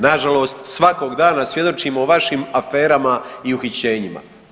Na žalost svakog dana svjedočimo o vašim aferama i uhićenjima.